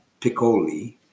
Piccoli